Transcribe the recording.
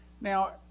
Now